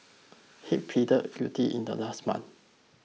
head pleaded guilty in the last month